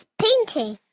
painting